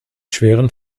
schweren